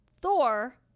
Thor